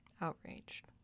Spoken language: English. Outraged